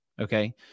okay